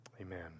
Amen